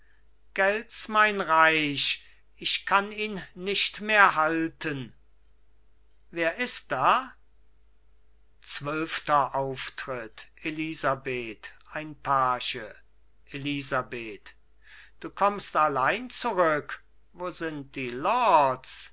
gält's mein reich ich kann ihn nicht mehr halten wer ist das elisabeth ein page elisabeth du kommst allein zurück wo sind die